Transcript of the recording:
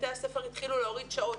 בתי הספר התחילו להוריד שעות,